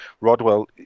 Rodwell